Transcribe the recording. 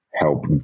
help